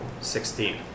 Sixteen